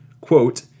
quote